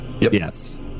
Yes